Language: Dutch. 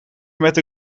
met